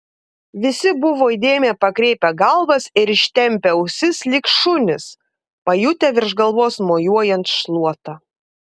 visi buvo įdėmiai pakreipę galvas ir ištempę ausis lyg šunys pajutę virš galvos mojuojant šluota